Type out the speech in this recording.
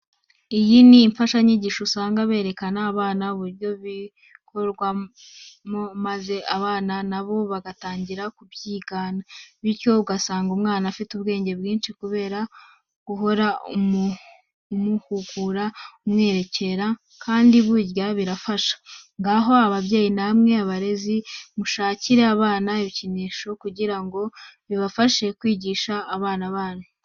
Iyi ni imfashanyigisho usanga bereka abana uburyo bikorwamo maze abana na bo bagatangira kubyigana, bityo ugasanga umwana afite ubwenge bwinshi kubera guhora umuhugura umwerekera kandi burya birafasha. Ngaho babyeyi namwe barezi mushakire abana ibikinisho kugira ngo bibafashe kwigisha abana banyu.